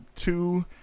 two